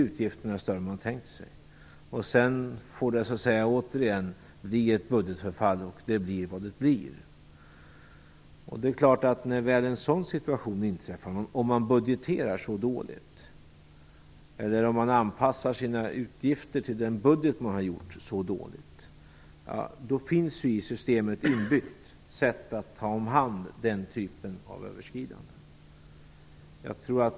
Utgifterna blir större än man tänkt sig. Det får återigen bli ett budgetförfall. När väl en sådan situation inträffar - om man budgeterar så dåligt, eller anpassar sina utgifter till den budget man har gjort så dåligt - finns det i systemet inbyggt sätt att ta hand om den typen av överskridanden.